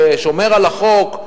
ששומר על החוק,